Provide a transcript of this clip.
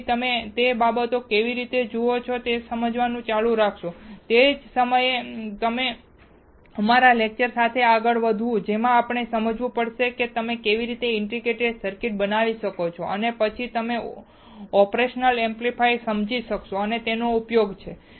તેથી તમે તે બાબતોને કેવી રીતે જુએ છે તે સમજવાનું ચાલુ રાખશો તે જ સમયે અમે અમારા લેક્ચર સાથે આગળ વધશું જેમાં આપણે સમજવું પડશે કે તમે કેવી રીતે ઇન્ટિગ્રેટેડ સર્કિટ બનાવી શકો છો અને પછી તમે ઓપરેશનલ એમ્પ્લીફાયર ને સમજી શકશો અને તેનો ઉપયોગ છે